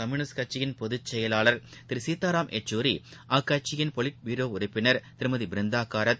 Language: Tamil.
கம்யூனிஸ்ட் கட்சியின் மார்க்சிஸட் பொதுச்செயலாளர் திருசீதாராம் யெச்சூரி அக்கட்சியின் பொலிட்பீரோஉறுப்பினர் திருமதிபிருந்தானரத்